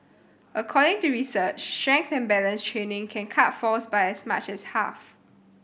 according to research strength and balance training can cut falls by as much as half